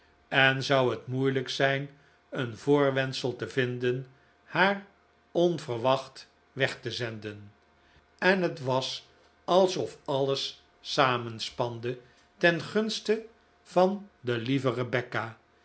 en zou het moeilijk zijn een voorwendsel te vinden haar onverwacht weg te zenden en het was alsof alles samenspande ten gunste van de lieve rebecca